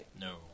No